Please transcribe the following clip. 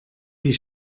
die